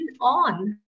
on